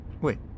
Wait